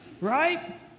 right